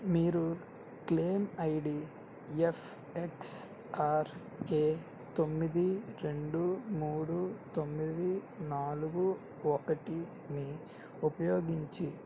మీరు claim ID F X R తొమ్మిది రెండు మూడు తొమ్మిది నాలుగు ఒకటిని ఉపయోగించి